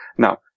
Now